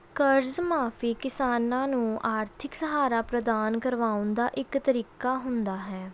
ਕਰਜ਼ ਮੁਆਫੀ ਕਿਸਾਨਾਂ ਨੂੰ ਆਰਥਿਕ ਸਹਾਰਾ ਪ੍ਰਦਾਨ ਕਰਵਾਉਣ ਦਾ ਇੱਕ ਤਰੀਕਾ ਹੁੰਦਾ ਹੈ